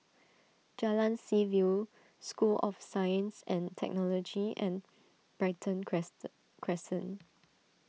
Jalan Seaview School of Science and Technology and Brighton Crescent Crescent